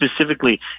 specifically